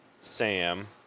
Sam